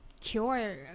cure